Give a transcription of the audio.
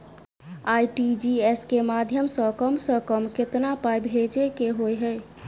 RTGS केँ माध्यम सँ कम सऽ कम केतना पाय भेजे केँ होइ हय?